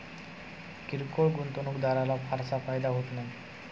किरकोळ गुंतवणूकदाराला फारसा फायदा होत नाही